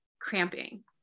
cramping